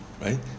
right